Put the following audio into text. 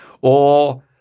Or-